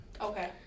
Okay